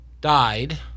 died